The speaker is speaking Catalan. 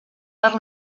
per